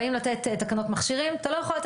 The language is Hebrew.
באים לתת תקנות מכשירים אתה לא יכול לתת